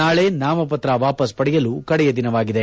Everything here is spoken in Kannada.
ನಾಳೆ ನಾಮಪತ್ರ ವಾಪಸ್ ಪಡೆಯಲು ಕಡೆಯ ದಿನವಾಗಿದೆ